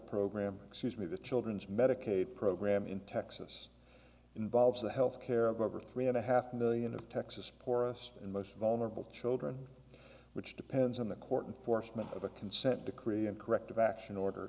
program excuse me the children's medicaid program in texas involves the health care of over three and a half million of texas poorest and most vulnerable children which depends on the court and forstmann of a consent decree and corrective action order